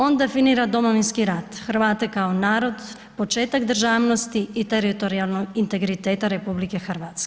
On definira Domovinski rat, Hrvate kao narod, početak državnosti i teritorijalnog integriteta RH.